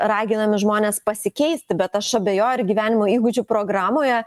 raginami žmonės pasikeisti bet aš abejoju ar gyvenimo įgūdžių programoje